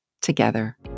together